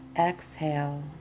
exhale